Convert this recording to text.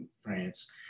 France